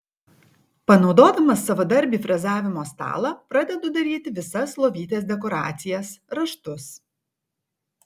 panaudodamas savadarbį frezavimo stalą pradedu daryti visas lovytės dekoracijas raštus